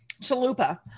Chalupa